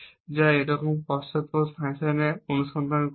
যা এইরকম একটি পশ্চাৎপদ ফ্যাশনে অনুসন্ধান করবে